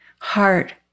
Heart